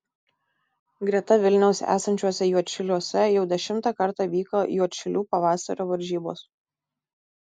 greta vilniaus esančiuose juodšiliuose jau dešimtą kartą vyko juodšilių pavasario varžybos